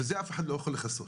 וזה אף אחד לא יכול לכסות.